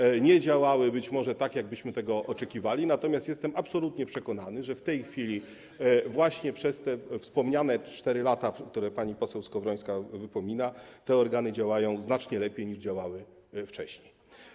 Być może nie działały one tak, jak byśmy tego oczekiwali, natomiast jestem absolutnie przekonany, że w tej chwili, właśnie od tych wspomnianych 4 lat, które pani poseł Skowrońska wypomina, te organy działają znacznie lepiej, niż działały wcześniej.